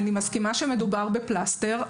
אני מסכימה שמדובר בפלסטר,